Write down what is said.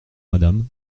madame